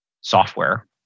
software